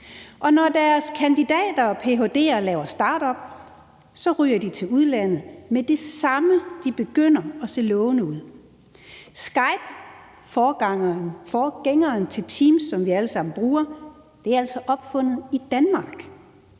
Og når deres kandidater og ph.d.er laver startup, ryger de til udlandet med det samme, de begynder at se lovende ud. Skype, forgængeren til Teams, som vi alle sammen bruger, er altså opfundet i Danmark,